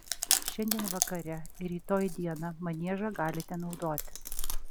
šiandien vakare ir rytoj dieną maniežą galite naudoti